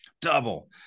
double